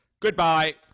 Goodbye